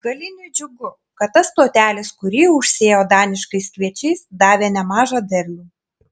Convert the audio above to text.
galiniui džiugu kad tas plotelis kurį užsėjo daniškais kviečiais davė nemažą derlių